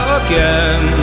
again